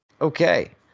Okay